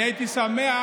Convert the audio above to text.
אני הייתי שמח,